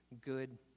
good